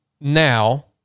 now